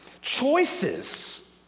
choices